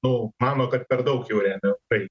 nu mano kad per daug jau remia tai